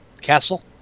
castle